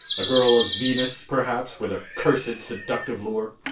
a girl of venus, perhaps, with her cursed, seductive lure!